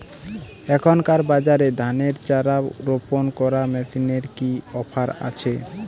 এখনকার বাজারে ধানের চারা রোপন করা মেশিনের কি অফার আছে?